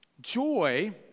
Joy